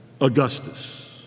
Augustus